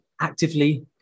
actively